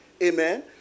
Amen